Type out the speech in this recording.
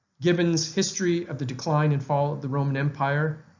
gibbon's history of the decline and fall of the roman empire,